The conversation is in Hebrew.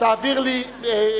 תעביר לי.